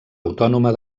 autònoma